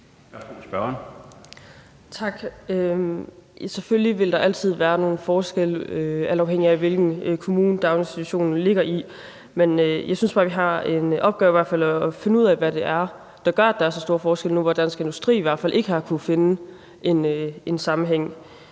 (LA): Selvfølgelig vil der altid være nogle forskelle, afhængigt af hvilken kommune daginstitutionen ligger i. Men jeg synes, man i hvert fald har en opgave i at finde ud af, hvad det er, der gør, at der er så store forskelle nu, hvor Dansk Industri i hvert fald ikke har kunnet finde en sammenhæng.